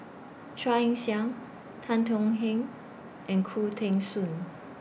Chia Ann Siang Tan Tong Hye and Khoo Teng Soon